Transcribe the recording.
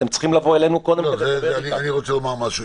אתם צריכים לבוא אלינו קודם --- אני רוצה לומר משהו,